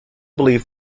believed